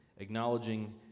acknowledging